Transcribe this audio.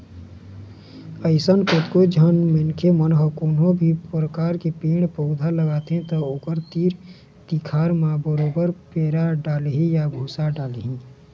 अइसने कतको झन मनखे मन ह कोनो भी परकार के पेड़ पउधा लगाथे त ओखर तीर तिखार म बरोबर पैरा डालही या भूसा डालही